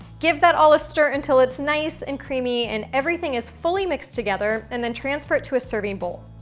give that all a stir until it's nice and creamy, and everything is fully mixed together, and then transfer it to a serving bowl.